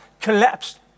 collapsed